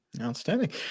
Outstanding